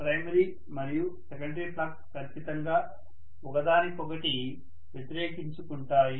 primary మరియు secondary flux ఖచ్చితంగా ఒక దానిని ఒకటి వ్యతిరేకించు కుంటాయి